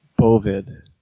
bovid